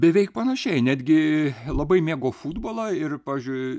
beveik panašiai netgi labai mėgo futbolą ir pavyzdžiui